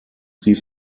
rief